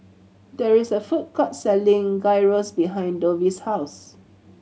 there is a food court selling Gyros behind Dovie's house